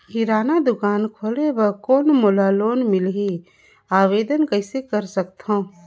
किराना दुकान खोले बर कौन मोला लोन मिलही? आवेदन कइसे कर सकथव?